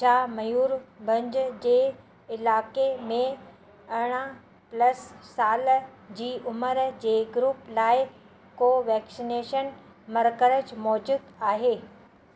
छा मयूरभंज जे इलाइक़े में अरिड़हां प्लस साल जी उमिरि जे ग्रुप लाइ को वैक्सीनेशन मर्कज़ु मौजूदु आहे